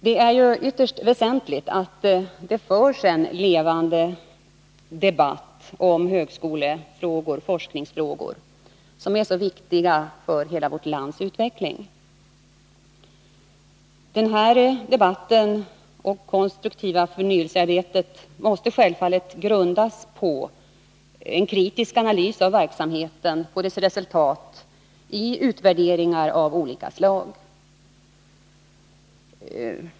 Det är ytterst väsentligt att det förs en levande debatt om högskolefrågor och forskningsfrågor, som är så viktiga för hela vårt lands utveckling. Den debatten och ett konstruktivt förnyelsearbete måste självfallet grundas på en kritisk analys av verksamheten och dess resultat genom utvärderingar av olika slag.